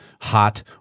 hot